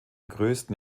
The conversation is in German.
größten